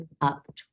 up